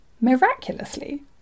Miraculously